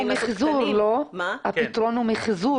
האם לעשות קטנים --- הפתרון הוא מחזור,